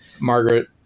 margaret